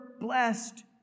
blessed